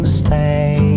stay